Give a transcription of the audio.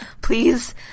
please